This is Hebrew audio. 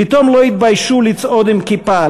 פתאום לא התביישו לצעוד עם כיפה,